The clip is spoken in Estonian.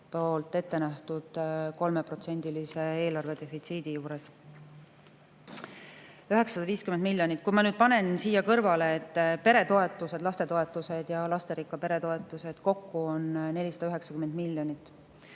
ette nähtud 3%‑lise eelarve defitsiidi juures. 950 miljonit! Ma nüüd panen siia kõrvale, et peretoetused, lastetoetused ja lasterikka pere toetused kokku on 490 miljonit